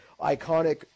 iconic